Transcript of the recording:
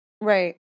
Right